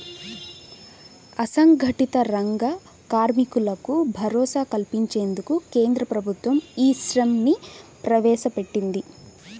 అసంఘటిత రంగ కార్మికులకు భరోసా కల్పించేందుకు కేంద్ర ప్రభుత్వం ఈ శ్రమ్ ని ప్రవేశపెట్టింది